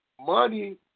money